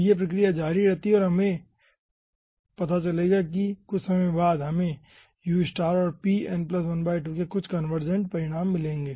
तो यह प्रक्रिया जारी रहती है और आपको पता चलेगा कि कुछ समय बाद हमें u और pn ½ के कुछ कन्वर्जेंट परिणाम मिलेंगे